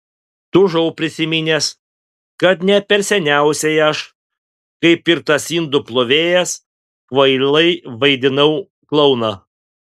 tūžau prisiminęs kad ne per seniausiai aš kaip ir tas indų plovėjas kvailai vaidinau klouną